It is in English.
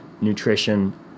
nutrition